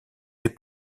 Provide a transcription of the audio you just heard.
des